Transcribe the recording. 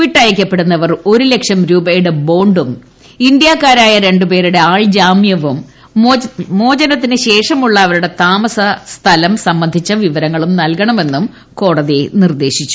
വിട്ടയക്കപ്പെടുന്നവർ ഒരു ലക്ഷം രൂപയുടെ ബോണ്ടും ഇന്ത്യക്കാരായ രണ്ടുപേരുടെ ആൾ ജാമ്യവും മോചനശേഷമുള്ള അവരുടെ താമസസ്ഥലം സംബന്ധിച്ച വിവരങ്ങളും ൂനൽകണമെന്നും കോടതി നിർദ്ദേശിച്ചു